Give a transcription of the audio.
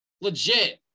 legit